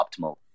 optimal